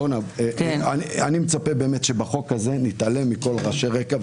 אני מצפה שבחוק הזה נתעלם מכל רעשי הרקע,